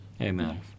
Amen